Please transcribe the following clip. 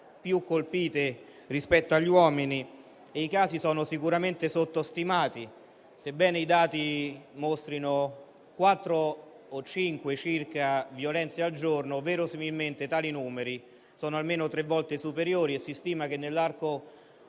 più colpite rispetto agli uomini e i casi sono sicuramente sottostimati. Sebbene i dati mostrino circa cinque violenze al giorno, verosimilmente tali numeri sono almeno tre volte superiori e si stima che, nell'arco